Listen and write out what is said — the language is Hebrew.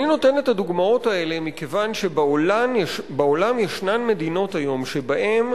אני נותן את הדוגמאות האלה מכיוון שבעולם ישנן מדינות שבהן